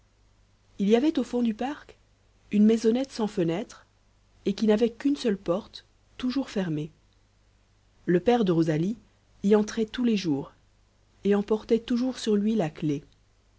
il y avait au fond du parc une maisonnette sans fenêtres et qui n'avait qu'une seule porte toujours fermée le père de rosalie y entrait tous les jours et en portait toujours sur lui la clef